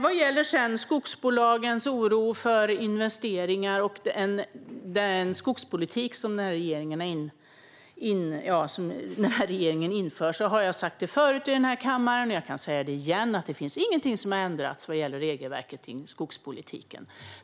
Vad gäller skogsbolagens oro gällande investeringar och den skogspolitik som den här regeringen inför har jag sagt det förut i den här kammaren och kan säga det igen: Det finns ingenting som har ändrats vad gäller regelverket för skogspolitiken.